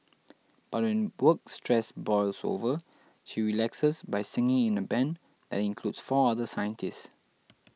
but when work stress boils over she relaxes by singing in a band that includes four other scientists